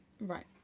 Right